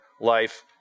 life